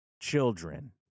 children